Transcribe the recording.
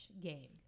game